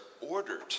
ordered